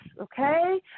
okay